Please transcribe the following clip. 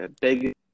big